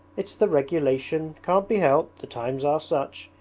it's the regulation. can't be helped! the times are such.